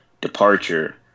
departure